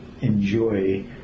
enjoy